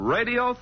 Radio